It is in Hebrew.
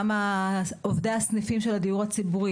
גם עובדי הסניפים של הדיור הציבור,